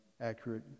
accurate